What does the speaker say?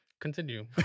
Continue